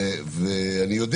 ואני יודע